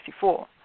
1964